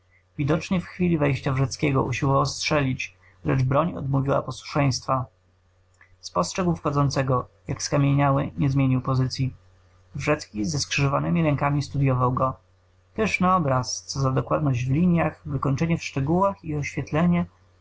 widocznie w chwili wejścia wrzeckiego usiłował strzelić lecz broń odmówiła posłuszeństwa spostrzegł wchodzącego jak skamieniały nie zmienił pozycyi wrzecki ze skrzyżowanemi rękami studyował go pyszny obraz co za dokładność w liniach wykończenie w szczegółach i oświetlenie